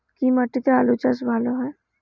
কি মাটিতে আলু চাষ ভালো হয়?